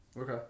Okay